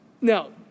Now